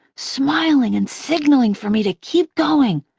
smiling and signaling for me to keep going,